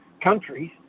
countries